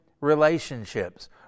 relationships